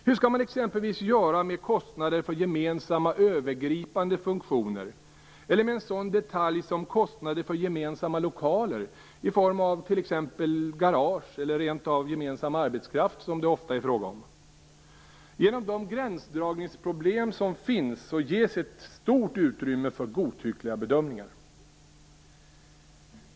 Hur skall man exempelvis göra med kostnader för gemensamma övergripande funktioner eller med en sådan detalj som kostnader för gemensamma lokaler i form av t.ex. garage eller rentav gemensam arbetskraft som det ofta är fråga om? Genom de gränsdragningsproblem som finns ges stort utrymme för godtyckliga bedömningar.